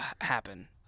happen